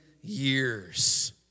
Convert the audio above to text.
years